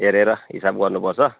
हेरेर हिसाब गर्नुपर्छ